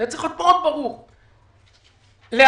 זה היה צריך להיות מאוד ברור.